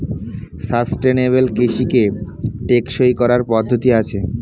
sustainable কৃষিকে টেকসই করার পদ্ধতি আছে